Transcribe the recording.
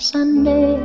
Sunday